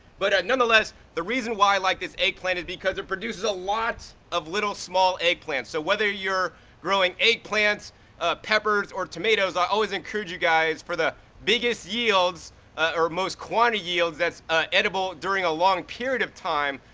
but nonetheless, the reason why i like this eggplant is because it produces a lot of little small eggplants, so whether you're growing eggplants or ah peppers or tomatoes, i always encourage you guys, for the biggest yields or most quantity yields that's ah edible during a long period of time,